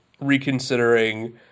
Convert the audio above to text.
reconsidering